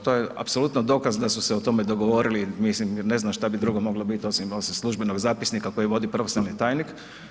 To je apsolutno dokaz da su se o tome dogovorili mislim jer ne znam šta bi drugo moglo biti osim službenog zapisnika koji vodi profesionalni tajnik.